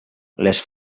les